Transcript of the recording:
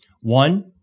One